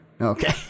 Okay